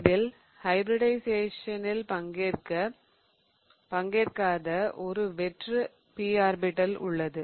இதிலும் ஹைபிரிடிஷயேசனில் பங்கேற்காத ஒரு வெற்று p ஆர்பிடல் உள்ளது